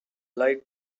lied